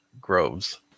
groves